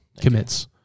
Commits